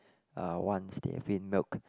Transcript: uh once they've been milked